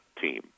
team